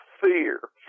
fear